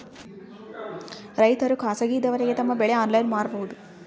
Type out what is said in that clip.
ರೈತರು ಖಾಸಗಿದವರಗೆ ತಮ್ಮ ಬೆಳಿ ಆನ್ಲೈನ್ ಮಾರಬಹುದು?